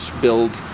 build